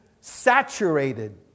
saturated